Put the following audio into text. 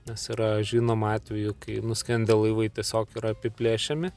nes yra žinoma atvejų kai nuskendę laivai tiesiog yra apiplėšiami